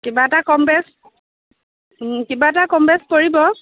কিবা এটা কম বেচ কিবা এটা কম বেচ কৰিব